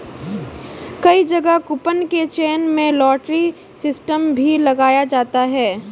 कई जगह कूपन के चयन में लॉटरी सिस्टम भी लगाया जाता है